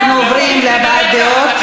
אנחנו עוברים להבעת דעות.